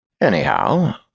Anyhow